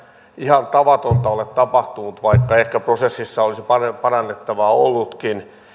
ihan tavatonta ole tapahtunut vaikka ehkä prosessissa olisi paljon parannettavaa ollutkin